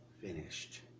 finished